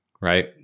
right